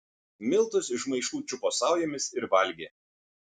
miltus iš maišų čiupo saujomis ir valgė